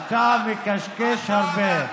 אתה מקשקש הרבה.